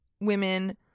women